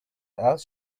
else